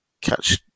catch